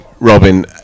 Robin